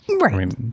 Right